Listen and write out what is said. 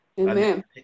Amen